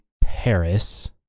Paris